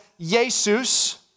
Jesus